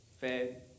fed